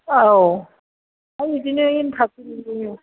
औ बिदिनो एन्थाबावबो